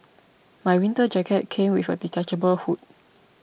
my winter jacket came with a detachable hood